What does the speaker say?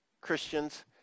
Christians